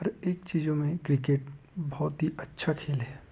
हर एक चीज़ों में क्रिकेट बहुत ही अच्छा खेल है